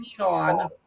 on